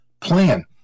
plan